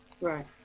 Right